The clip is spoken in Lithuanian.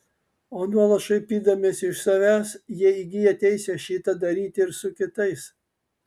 o nuolat šaipydamiesi iš savęs jie įgyja teisę šitą daryti ir su kitais